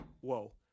whoa